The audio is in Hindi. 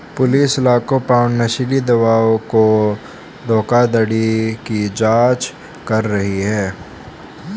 पुलिस लाखों पाउंड नशीली दवाओं की धोखाधड़ी की जांच कर रही है